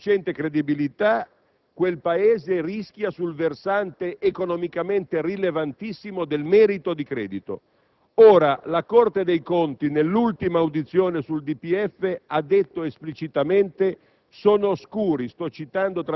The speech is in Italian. non ha sufficiente credibilità, quel Paese rischia sul versante economicamente rilevantissimo del merito di credito. Ora, la Corte dei conti, nell'ultima audizione sul DPEF, ha affermato esplicitamente: